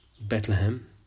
Bethlehem